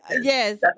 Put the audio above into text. Yes